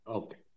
okay